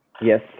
Yes